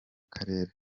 karere